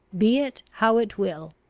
be it how it will.